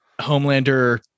Homelander